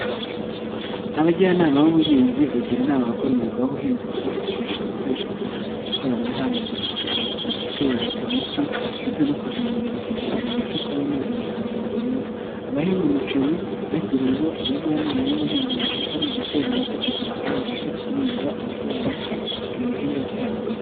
Abajyanama b'ubuhinzi, bagira inama abakora umwuga w'ubuhinzi kwifashisha ibikoresho by'ikoranabuhanga. Byifashishwa mu gutera imiti ndetse no kuvomerera kugira babashe kubona umusaruro mwiza. Abahinga umuceri bashyiriweho abajyanama b'ubuhinzi, babafasha mu gutera imiti kugira ngo babashe kurinda uburwayi ibihingwa byabo.